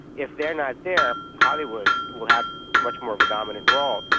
if they are not there, hollywood will have much more of a dominant role.